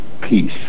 peace